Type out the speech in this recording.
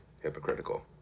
hypocritical